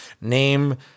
name